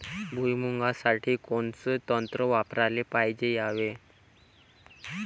भुइमुगा साठी कोनचं तंत्र वापराले पायजे यावे?